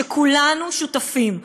שכולנו שותפים,